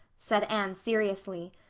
said anne seriously.